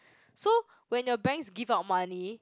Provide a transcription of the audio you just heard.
so when your banks give out money